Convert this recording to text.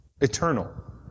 eternal